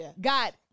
got